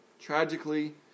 Tragically